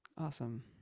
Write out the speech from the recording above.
Awesome